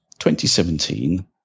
2017